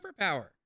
superpower